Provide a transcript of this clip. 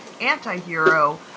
anti-hero